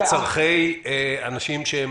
ולצרכי אנשים,